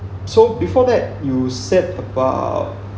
so before that you said about